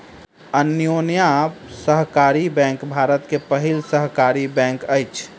अन्योन्या सहकारी बैंक भारत के पहिल सहकारी बैंक अछि